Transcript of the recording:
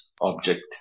object